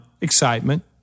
excitement